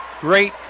Great